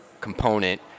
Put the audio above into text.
component